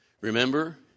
remember